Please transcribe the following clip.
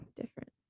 different